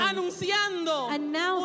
Anunciando